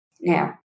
now